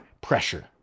pressure